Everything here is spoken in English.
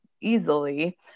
easily